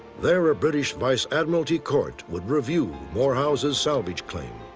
there, a british vice admiralty court would review morehouse's salvage claim.